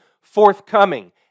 forthcoming